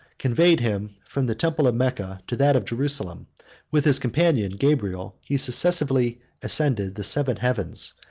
conveyed him from the temple of mecca to that of jerusalem with his companion gabriel he successively ascended the seven heavens,